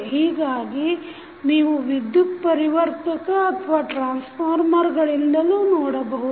ಹೀಗಾಗಿ ನೀವು ವಿದ್ಯುತ್ ಪರಿವರ್ತಕ ಗಳಿಂದಲೂ ನೋಡಬಹುದು